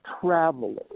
travelers